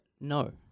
no